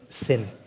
sin